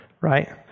Right